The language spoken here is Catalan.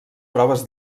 proves